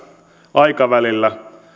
aikavälillä